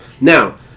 Now